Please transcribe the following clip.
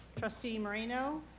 trustee moreno?